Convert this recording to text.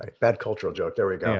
bad cultural joke. there we go.